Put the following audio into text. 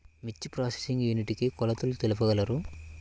మిర్చి processing unit కి కొలతలు తెలుపగలరు?